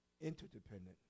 interdependent